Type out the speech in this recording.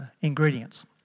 ingredients